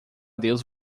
deus